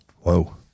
whoa